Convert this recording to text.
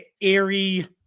airy